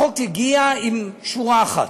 החוק הגיע עם שורה אחת,